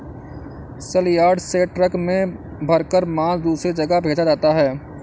सलयार्ड से ट्रक में भरकर मांस दूसरे जगह भेजा जाता है